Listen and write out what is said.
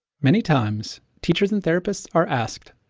many times, teachers and therapists are asked,